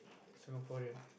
Singaporean